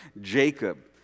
Jacob